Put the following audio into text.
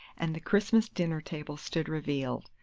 and the christmas dinner-table stood revealed.